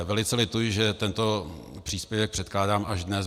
Velice lituji, že tento příspěvek předkládám až dnes.